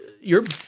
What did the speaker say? you're-